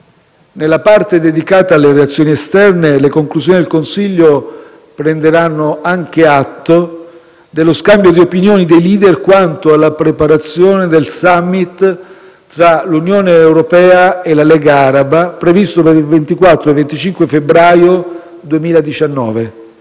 Nella parte dedicata alle relazioni esterne le conclusioni del Consiglio prenderanno anche atto dello scambio di opinioni dei *leader* quanto alla preparazione del *summit* tra l'Unione europea e la Lega araba, previsto per il 24 e il 25 febbraio 2019,